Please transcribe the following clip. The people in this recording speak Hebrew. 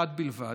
אחד בלבד,